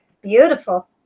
Beautiful